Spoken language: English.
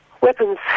weapons